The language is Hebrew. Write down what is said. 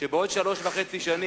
כדי שבעוד שלוש שנים